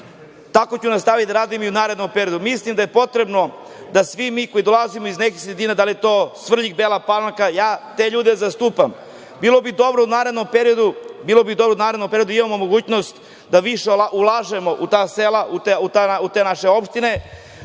tako ću da nastavim da radim i u narednom periodu. Mislim da je potrebno da svi mi koji dolazimo iz nekih sredina, da li je to Svrljig, Bela Palanka, ja te ljude zastupam. Bilo bi dobro da u narednom periodu imamo mogućnost da više ulažemo u ta sela, u te naše opštine,